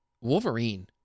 Wolverine